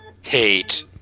hate